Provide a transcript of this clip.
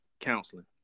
counseling